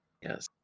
Yes